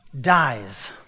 dies